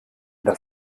das